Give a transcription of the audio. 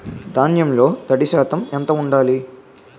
ధాన్యంలో తడి శాతం ఎంత ఉండాలి?